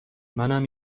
منم